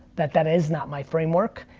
that that is not my framework,